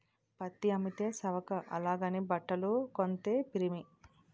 పత్తి అమ్మితే సవక అలాగని బట్టలు కొంతే పిరిమి